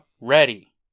ready